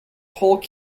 whole